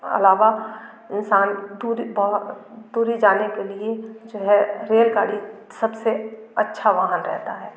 अलावा इंसान दूरी बहुत दूरी जाने के लिए जो है रेलगाड़ी सब से अच्छा वाहन रहता है